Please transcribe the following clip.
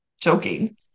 joking